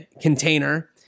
container